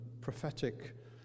prophetic